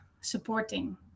supporting